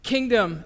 Kingdom